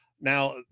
Now